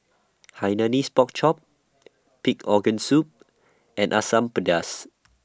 Hainanese Pork Chop Pig Organ Soup and Asam Pedas